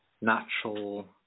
natural